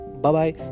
Bye-bye